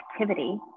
activity